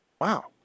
Wow